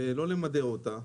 לא צריך למדר אותה.